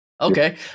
okay